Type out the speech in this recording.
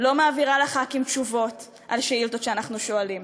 לא מעבירה לחברי הכנסת תשובות על שאילתות שאנחנו שואלים.